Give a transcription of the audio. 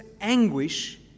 anguish